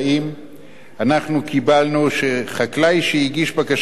אנחנו קיבלנו שחקלאי שהגיש בקשה לנייד את העובדים,